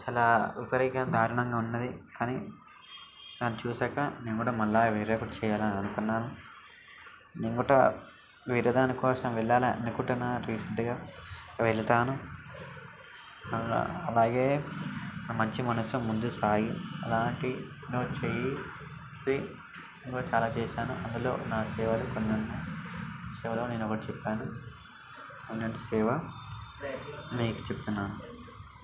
చాలా విపరీతంగా దారుణంగా ఉన్నది కానీ దాన్ని చూసాక నేను కూడా మళ్ళీ వేరే ఒకటి చేయాలి అనుకున్నాను నేను కూడా వేరే దానికోసం వెళ్ళాలని అనుకుంటున్నాను రీసెంట్గా వెళతాను అలాగే మంచి మనసు ముందుకు సాగి అలాంటి నేను చేయి చేసి నేను కూడా చాలా చేసాను అందులో నా సేవలు కొన్ని ఉన్నాయి సేవలో నేను ఒకటి చెప్పాను అన్నట్టు సేవ మీకు చెబుతున్నాను